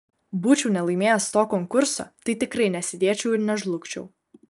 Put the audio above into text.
būčiau nelaimėjęs to konkurso tai tikrai nesėdėčiau ir nežlugčiau